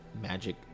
magic